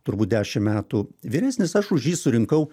turbūt dešim metų vyresnis aš už jį surinkau